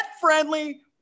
friendly